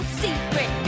secret